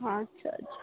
ହଁ ଆଚ୍ଛା ଆଚ୍ଛା